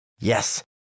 Yes